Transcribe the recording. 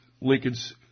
Lincoln's